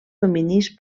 dominis